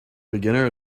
beginner